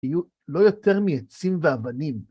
יהיו לא יותר מעצים ואבנים.